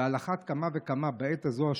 ועל אחת כמה וכמה בעת הזאת,